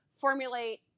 formulate